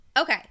okay